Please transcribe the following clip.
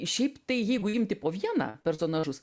šiaip tai jeigu imti po vieną personažus